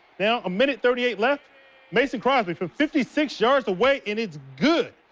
now a minute thirty eight left mason crosby from fifty six yards away, it is good.